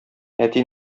әти